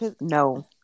No